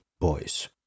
boys